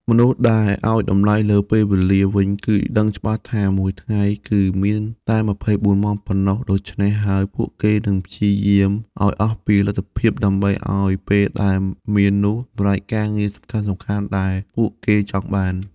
មនុស្សដែលឲ្យតម្លៃលើពេលវេលាវិញ គឺដឹងច្បាស់ថា មួយថ្ងៃគឺមានតែ២៤ម៉ោងប៉ុណ្ណោះ ដូច្នេះហើយពួកគេនឹងព្យាយាមឲ្យអស់ពីលទ្ធភាពដើម្បីអោយពេលដែលមាននោះសម្រេចការងារសំខាន់ៗដែលពួកគេចង់បាន។